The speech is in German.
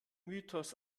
mythos